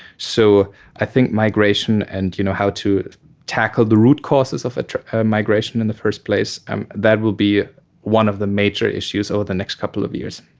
so i think migration and you know how to tackle the root causes of migration in the first place, and that will be one of the major issues over the next couple of years.